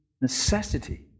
necessity